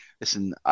listen